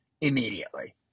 immediately